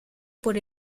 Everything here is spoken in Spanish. por